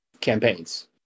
campaigns